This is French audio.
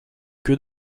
que